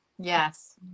Yes